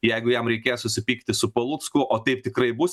jeigu jam reikės susipykti su palucku o taip tikrai bus